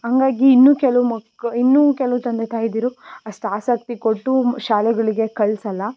ಹಂಗಾಗಿ ಇನ್ನು ಕೆಲವು ಮಕ್ ಇನ್ನೂ ಕೆಲವು ತಂದೆ ತಾಯಂದಿರು ಅಷ್ಟು ಆಸಕ್ತಿ ಕೊಟ್ಟು ಶಾಲೆಗಳಿಗೆ ಕಳ್ಸೋಲ್ಲ